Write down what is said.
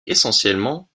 essentiellement